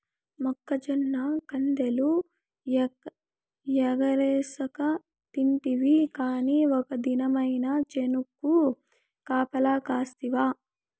మొక్కజొన్న కండెలు ఎగరేస్కతింటివి కానీ ఒక్క దినమైన చేనుకు కాపలగాస్తివా